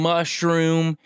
Mushroom